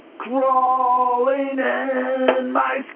crawling in my skin,